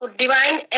divine